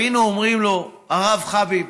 בסיום התפילה היינו אומרים לו: הרב חביב,